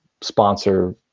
sponsor